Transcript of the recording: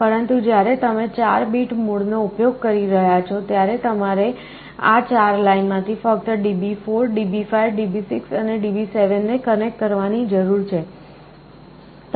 પરંતુ જ્યારે તમે 4 બીટ મોડનો ઉપયોગ કરી રહ્યાં છો ત્યારે તમારે આ 4 લાઇનમાંથી ફક્ત DB4 DB5 DB6 અને DB7 ને કનેક્ટ કરવાની જરૂર છે